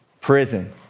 Prison